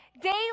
daily